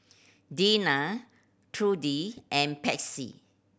Dinah Trudy and Patsy